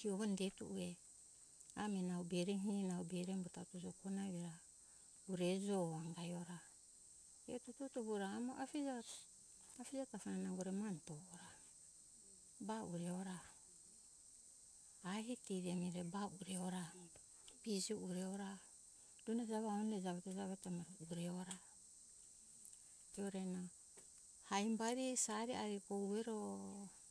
hio indeti ue ami nau be re ami ta jogo na evi ra pure ejo anga e ora eto toto vuro amo afija tafa nango ma toro ra ba ue ora ai hito amore ba ue ora, pije ue ora. donda javo avonu ue avonu ue. javo te javo te pure ora hiore na harimbari sari ari koguero